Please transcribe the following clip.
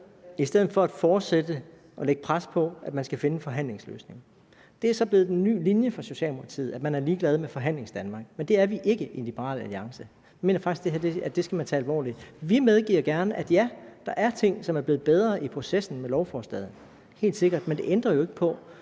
i stedet for at fortsætte og lægge pres på for, at man skal finde en forhandlingsløsning. Det er så blevet den nye linje for Socialdemokratiet, at man er blevet ligeglad med Forhandlingsdanmark, men det er vi ikke i Liberal Alliance. Vi mener faktisk, at det her skal man tage alvorligt. Vi medgiver gerne, at ja, der er ting, der er blevet bedre i processen med lovforslaget, helt sikkert, men det ændrer jo ikke på,